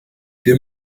wir